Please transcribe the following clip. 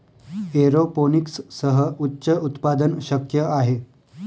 एरोपोनिक्ससह उच्च उत्पादन शक्य आहे